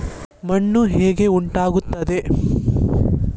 ಮಣ್ಣು ಹೇಗೆ ಉಂಟಾಗುತ್ತದೆ?